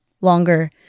longer